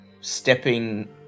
stepping